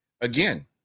again